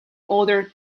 other